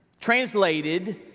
translated